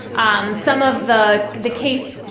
um some of the the case,